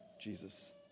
Jesus